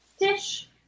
Dish